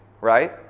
right